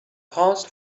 paused